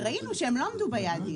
וראינו שהם לא עמדו ביעדים,